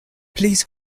please